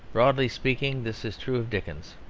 broadly speaking, this is true of dickens.